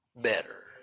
better